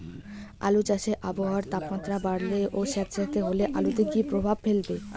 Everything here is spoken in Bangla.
আলু চাষে আবহাওয়ার তাপমাত্রা বাড়লে ও সেতসেতে হলে আলুতে কী প্রভাব ফেলবে?